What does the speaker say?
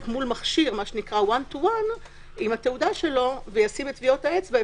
מול מכשיר עם התעודה שלו וישים את טביעות האצבע,